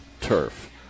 turf